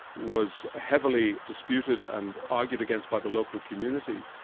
was heavily disputed and argued against by the local communities,